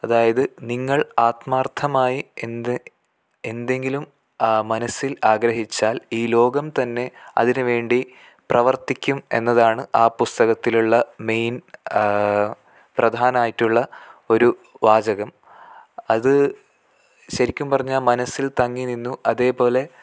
അതായത് നിങ്ങൾ ആത്മാർഥമായി എന്ത് എന്തെങ്കിലും ആ മനസ്സിൽ ആഗ്രഹിച്ചാൽ ഈ ലോകം തന്നെ അതിനു വേണ്ടി പ്രവൃത്തിക്കും എന്നതാണ് ആ പുസ്തകത്തിലുള്ള മെയിൻ പ്രധാനായിട്ടുള്ള ഒരു വാചകം അത് ശരിക്കും പറഞ്ഞാൽ മനസ്സിൽ തങ്ങി നിന്നു അതേപോലെ